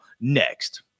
next